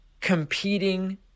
competing